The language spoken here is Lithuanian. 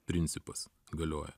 principas galioja